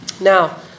Now